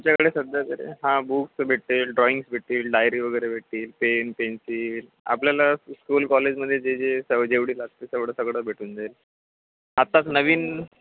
आमच्याकडे सध्या तरी हां बुक्स भेटेल ड्रॉईंग्स भेटतील डायरी वगैरे भेटतील पेन पेन्सिल आपल्याला स्कूल कॉलेजमध्ये जे जे स जेवढी लागते तेवढं सगळं भेटून जाईल आत्ताच नवीन